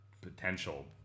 potential